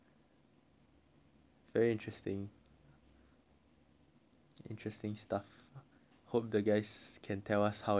very interesting interesting stuff hope the guys can tell us how it works next time